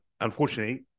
unfortunately